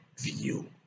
view